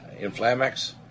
inflamex